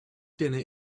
dinner